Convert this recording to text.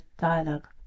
dialogue